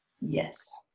yes